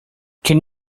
can